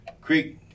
creek